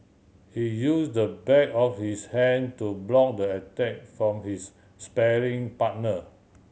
he use the back of his hand to block the attack from his sparring partner